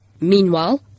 Meanwhile